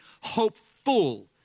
hopeful